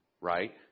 right